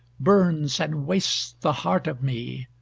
burns and wastes the heart of me.